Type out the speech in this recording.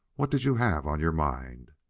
what did you have on your mind?